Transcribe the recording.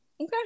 Okay